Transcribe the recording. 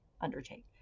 undertake